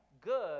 Good